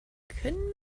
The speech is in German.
können